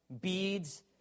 beads